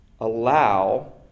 allow